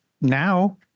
now